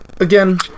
again